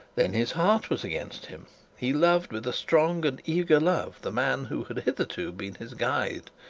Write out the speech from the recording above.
then his heart was against him he loved with a strong and eager love the man who had hitherto been his guide,